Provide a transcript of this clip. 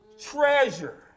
treasure